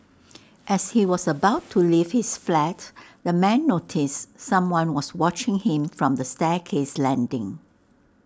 as he was about to leave his flat the man noticed someone was watching him from the staircase landing